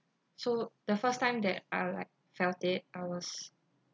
so the first time that I like felt it I was